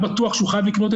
צריכים ללוות אותו,